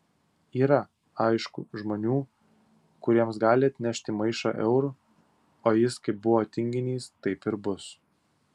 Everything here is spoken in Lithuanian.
yra aišku žmonių kuriems gali atnešti maišą eurų o jis kaip buvo tinginys taip ir bus